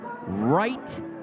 Right